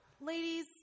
Ladies